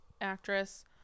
actress